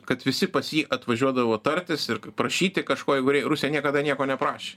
kad visi pas jį atvažiuodavo tartis ir prašyti kažko jeigu rusija niekada nieko neprašė